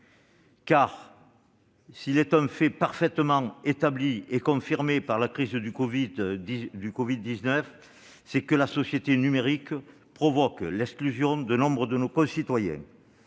car il est un fait parfaitement établi et confirmé par la crise du covid-19 : la société numérique provoque l'exclusion de nombre de nos concitoyens.